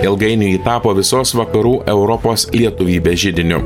ilgainiui ji tapo visos vakarų europos lietuvybės židiniu